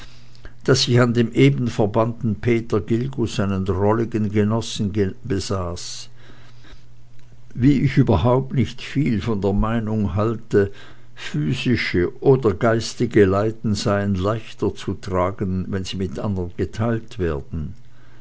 daß ich an dem eben verbannten peter gilgus einen drolligen genossen besaß wie ich überhaupt nicht viel von der meinung halte physische oder geistige leiden seien leichter zu tragen wenn sie mit andern geteilt werden